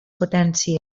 potències